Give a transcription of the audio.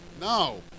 no